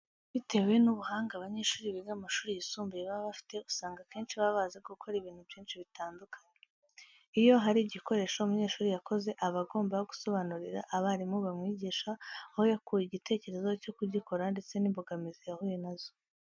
Bitewe n'ubuhanga abanyeshuri biga mu mashuri yisumbuye baba bafite, usanga akenshi baba bazi gukora ibintu byinshi bitandukanye. Iyo hari igikoresho umunyeshuri yakoze, aba agomba gusobanurira abarimu bamwigisha aho yakuye igitekerezo cyo kugikora ndetse n'imbogambizi yahuye na zo.